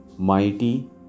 Mighty